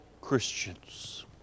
Christians